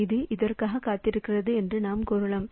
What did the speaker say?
இது இதற்காக காத்திருக்கிறது என்று நாம் கூறலாம்